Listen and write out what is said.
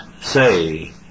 say